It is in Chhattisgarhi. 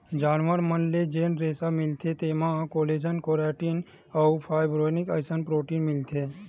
जानवर मन ले जेन रेसा मिलथे तेमा कोलेजन, केराटिन अउ फाइब्रोइन असन प्रोटीन मिलथे